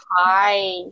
hi